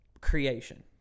creation